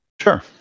sure